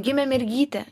gimė mergytė